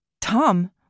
Tom